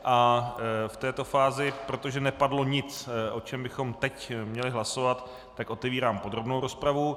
V této fázi, protože nepadlo nic, o čem bychom měli hlasovat, otevírám podrobnou rozpravu.